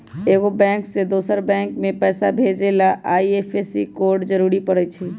एगो बैंक से दोसर बैंक मे पैसा भेजे ला आई.एफ.एस.सी कोड जरूरी परई छई